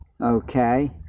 Okay